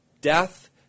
death